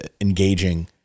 engaging